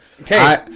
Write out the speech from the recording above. Okay